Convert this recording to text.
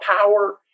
power